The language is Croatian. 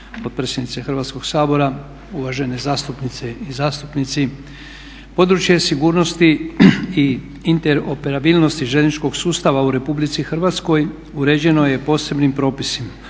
potpredsjednice Hrvatskog sabora, uvažene zastupnice i zastupnici. Područje sigurnosti i interoperabilnosti željezničkog sustava u RH uređeno je posebnim propisom